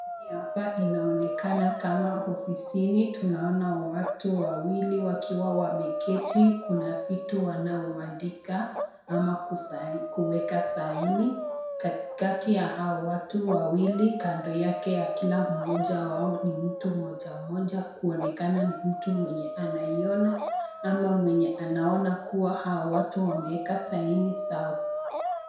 Hii hapa inaonekana kama ofisini, tunaona watu wawili wakiwa wameketi, Kuna vitu wanao andika ama ku sign kuweka saini katikati ya hao watu wawili kando yake ya kila mmoja wao ni mtu moja moja kuonekana ni mtu mwenye anaiona ama mwenye anaona kuwa hao watu wameweka saini zao.